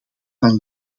van